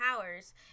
powers